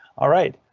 alright,